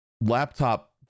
laptop